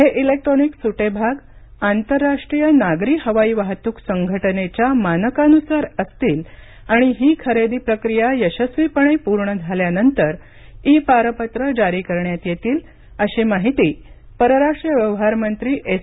हे इलेक्ट्रॉनिक सुटे भाग आंतरराष्ट्रीय नागरी हवाई वाहतूक संघटनेच्या मानकानुसार असतील आणि ही खरेदी प्रक्रिया यशस्वीपणे पूर्ण झाल्यानंतर ई पारपत्रं जारी करण्यात येतील अशी माहिती परराष्ट्र व्यवहार मंत्री एस